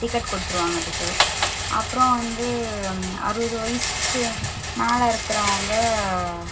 ticket கொடுத்துருவாங்க அதுக்கு அப்புறம் வந்து அறுபது வயசுக்கு மேலே இருக்குறவங்கள்